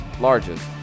largest